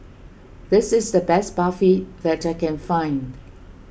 this is the best Barfi that I can find